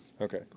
Okay